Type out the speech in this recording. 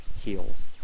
heals